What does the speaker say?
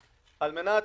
ודאי על מנת